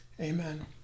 Amen